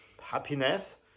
happiness